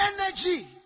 energy